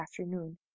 afternoon